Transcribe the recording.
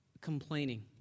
complaining